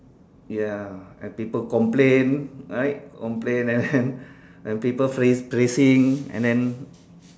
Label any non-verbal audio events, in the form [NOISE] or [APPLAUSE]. ya and people complain right complain and [LAUGHS] then and people praise~ praising and then